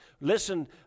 Listen